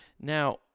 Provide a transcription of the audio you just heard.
Now